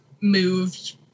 moved